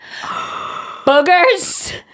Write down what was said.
boogers